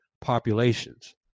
populations